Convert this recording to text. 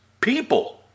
people